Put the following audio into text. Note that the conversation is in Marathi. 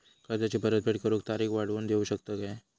कर्जाची परत फेड करूक तारीख वाढवून देऊ शकतत काय?